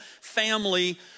family